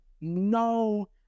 no